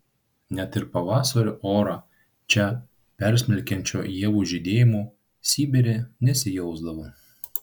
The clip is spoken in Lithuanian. net ir pavasario orą čia persmelkiančio ievų žydėjimo sibire nesijausdavo